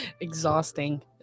exhausting